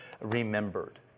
remembered